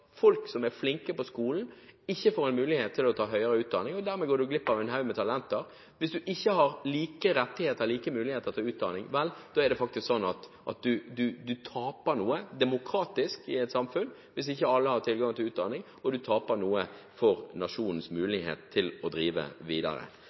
folk som er flinke på skolen, ikke får mulighet til å ta høyere utdanning, og dermed går man glipp av en haug med talenter. Hvis man ikke har like rettigheter og like muligheter til utdanning, er det faktisk slik at man taper noe demokratisk i et samfunn – hvis ikke alle har tilgang til utdanning – og man taper noe for nasjonens